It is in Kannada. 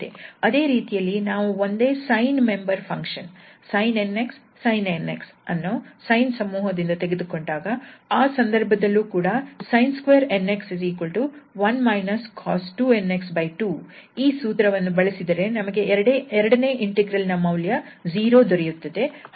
ಅದೇ ರೀತಿಯಲ್ಲಿ ನಾವು ಒಂದೇ sine member function sin 𝑛𝑥 sin 𝑛𝑥 ಅನ್ನು sine ಸಮೂಹದಿಂದ ತೆಗೆದುಕೊಂಡಾಗ ಆ ಸಂದರ್ಭದಲ್ಲೂ ಕೂಡ sin2 𝑛𝑥1 cos 2nx2 ಈ ಸೂತ್ರವನ್ನು ಬಳಸಿದರೆ ನಮಗೆ ಎರಡನೇ ಇಂಟೆಗ್ರಲ್ ನ ಮೌಲ್ಯ 0 ದೊರೆಯುತ್ತದೆ